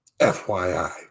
FYI